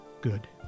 good